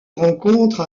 rencontre